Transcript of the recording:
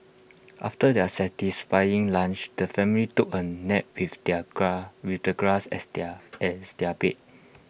after their satisfying lunch the family took A nap with their with the grass as their as their bed